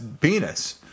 penis